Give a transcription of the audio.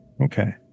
okay